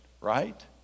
right